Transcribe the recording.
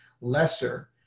lesser